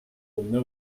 will